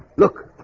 look